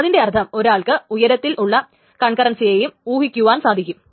അതിന്റെ അർത്ഥം ഒരാൾക്ക് ഉയരത്തിലുള്ള കൺകറൻസിയേയും ഊഹിക്കുവാൻ സാധിക്കും